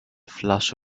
flash